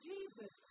Jesus